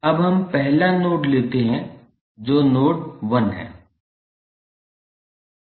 अब हम पहला नोड लेते हैं जो नोड 1 है